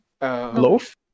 loaf